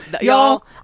Y'all